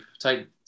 type